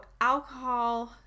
alcohol